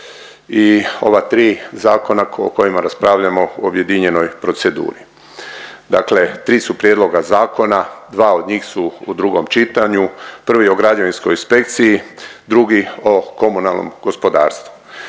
i ova tri zakona o kojima raspravljamo o objedinjenoj proceduri. Dakle, tri su prijedloga zakona. Dva od njih su u drugom čitanju. Prvi je o Građevinskoj inspekciji, drugi o komunalnom gospodarstvu.